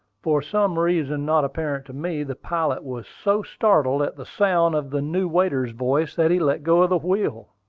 for some reason not apparent to me, the pilot was so startled at the sound of the new waiter's voice that he let go the wheel,